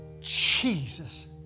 Jesus